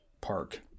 park